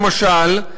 למשל,